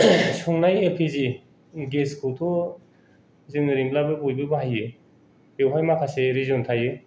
संनाय एलपिजि गेसखौ थ' जों ओरैनोब्लाबो बयबो बाहायो बेवहाय माखासे रिजन थायो